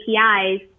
APIs